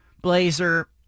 Blazer